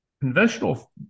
conventional